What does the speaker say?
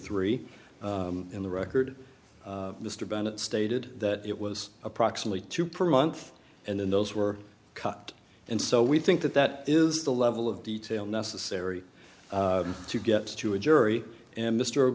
three in the record mr bennett stated that it was approximately two per month and in those were cut and so we think that that is the level of detail necessary to get to a jury and mr